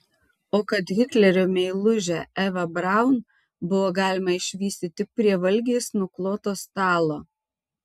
o kad hitlerio meilužę evą braun buvo galima išvysti tik prie valgiais nukloto stalo